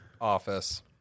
office